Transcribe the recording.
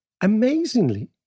amazingly